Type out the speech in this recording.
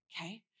Okay